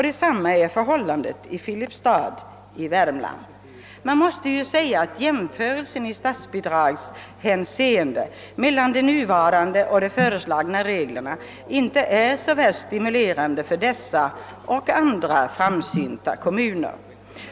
Detsamma är förhållandet i Filipstad i Värmland. Jämförelsen i statsbidragshänseende mellan de nuvarande och de föreslagna reglerna är inte så värst stimulerande för dessa och andra framsynta kommuner.